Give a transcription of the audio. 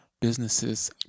businesses